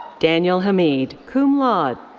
daniel hameed, cum laude.